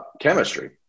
chemistry